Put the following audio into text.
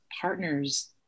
partners